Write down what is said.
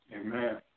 Amen